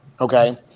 okay